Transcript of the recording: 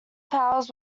powers